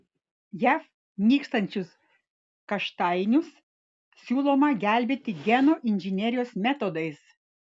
jav nykstančius kaštainius siūloma gelbėti genų inžinerijos metodais